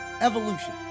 evolution